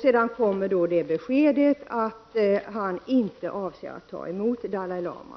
Sedan kom beskedet att han inte avser att ta emot Dalai Lama.